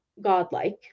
godlike